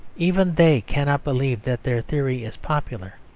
even they cannot believe that their theory is popular,